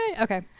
Okay